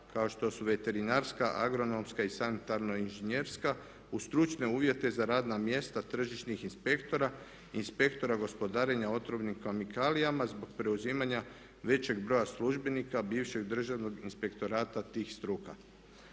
kao što su veterinarska agronomska i sanitarno inženjerska uz stručne uvjete za radna mjesta tržišnih inspektora, inspektora gospodarenja otrovnim kemikalijama zbog preuzimanja većeg broja službenika bivšeg Državnog inspektorata tih struka.